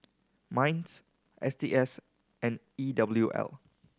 MINDS S T S and E W L